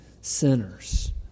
sinners